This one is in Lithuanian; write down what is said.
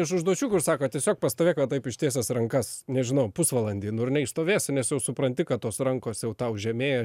iš užduočių kur sakot tiesiog pastovėk va taip ištiesęs rankas nežinau pusvalandį nu ir neišstovėsi nes supranti kad tos rankos jau tau žemėja